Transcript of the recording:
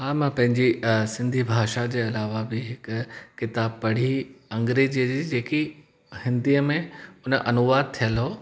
हा मां पंहिंजी सिंधी भाषा जे अलावा बि हिक किताबु पढ़ी अंग्रेजीअ जी जेकी हिंदीअ में हुन अनुवाद थियलु हुओ